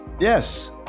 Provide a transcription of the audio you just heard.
Yes